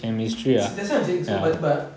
that's what I'm saying so but but